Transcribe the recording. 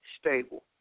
stable